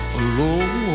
alone